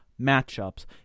matchups